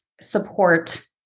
support